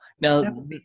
Now